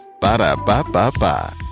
Ba-da-ba-ba-ba